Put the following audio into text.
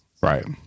right